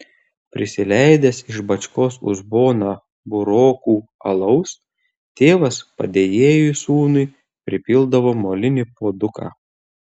prisileidęs iš bačkos uzboną burokų alaus tėvas padėjėjui sūnui pripildavo molinį puoduką